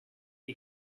sec